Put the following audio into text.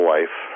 Life